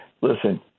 Listen